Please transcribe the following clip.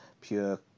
pure